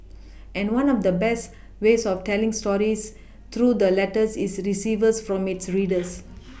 and one of the best ways of telling stories through the letters it receives from its readers